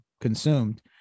consumed